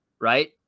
right